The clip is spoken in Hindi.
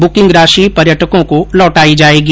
बुकिंग राशि पर्यटको को लौटाई जायेगी